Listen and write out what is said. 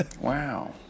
Wow